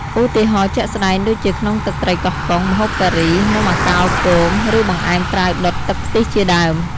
ឧទាហរណ៍ជាក់ស្ដែងដូចជាក្នុងទឹកត្រីកោះកុង ម្ហូបការី នំអាកោគោម ឬបង្អែមត្រាវដុតទឹកខ្ទិះជាដើម។